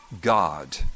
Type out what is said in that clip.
God